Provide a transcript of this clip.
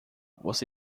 você